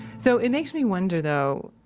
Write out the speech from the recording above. so it makes me wonder, though,